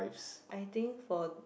I think for